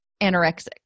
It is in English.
anorexic